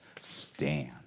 stand